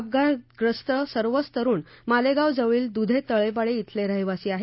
अपघातग्रस्त सर्वच तरूण मालेगाव जवळील दुधे तळपाडे खिले रहिवासी आहेत